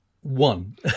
one